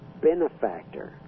benefactor